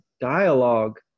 dialogue